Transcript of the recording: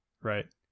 Right